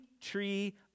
tree